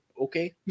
okay